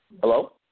Hello